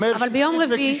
אבל ביום רביעי,